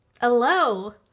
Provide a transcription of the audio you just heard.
Hello